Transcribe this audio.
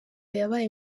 yabaye